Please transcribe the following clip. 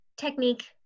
technique